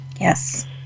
Yes